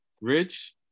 Rich